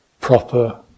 proper